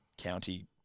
County